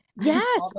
yes